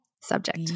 subject